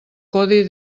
codi